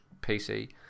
PC